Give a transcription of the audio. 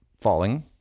falling